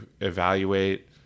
evaluate